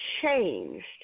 changed